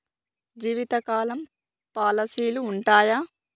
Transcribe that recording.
జీవితకాలం పాలసీలు ఉంటయా?